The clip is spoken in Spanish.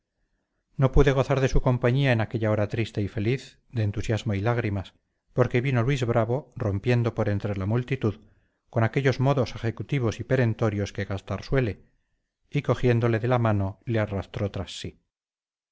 no pude gozar de su compañía en aquella hora triste y feliz de entusiasmo y lágrimas porque vino luis bravo rompiendo por entre la multitud con aquellos modos ejecutivos y perentorios que gastar suele y cogiéndole de la mano le arrastró tras sí